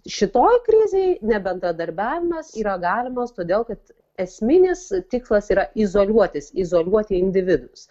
šitoj krizėj nebendradarbiavimas yra galimas todėl kad esminis tikslas yra izoliuotis izoliuoti individus